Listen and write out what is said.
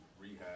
rehab